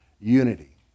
Unity